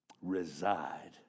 Reside